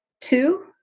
two